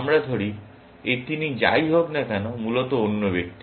আমরা ধরি এই তিনি যাই হোক না কেন মূলত অন্য ব্যক্তি